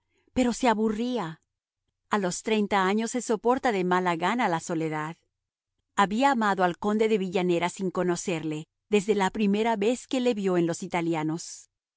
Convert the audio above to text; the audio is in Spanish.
pero se aburría a los treinta años se soporta de mala gana la soledad había amado al conde de villanera sin conocerle desde la primera vez que le vio en los italianos